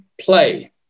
play